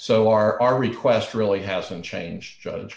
so our request really hasn't changed judge